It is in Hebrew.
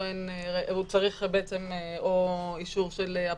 והוא צריך אישור של אפוטרופוס,